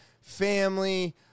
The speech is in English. family